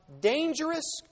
dangerous